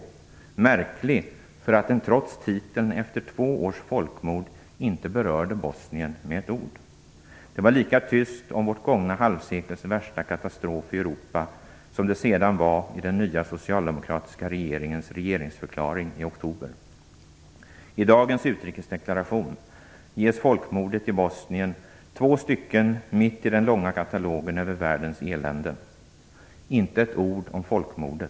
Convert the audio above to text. Den är märklig eftersom boken trots titeln och efter två års folkmord inte berörde Bosnien med ett ord. Det var lika tyst om vårt gångna halvsekels värsta katastrof i Europa som det sedan var i den nya socialdemokratiska regeringens regeringsförklaring i oktober. I dagens utrikesdeklaration ges folkmordet i Bosnien två stycken mitt i den långa katalogen över världens elände. Det står inte ett ord om folkmordet.